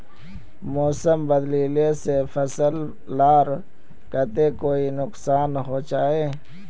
मौसम बदलिले से फसल लार केते कोई नुकसान होचए?